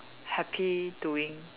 happy doing